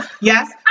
Yes